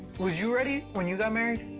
was you ready when you got married?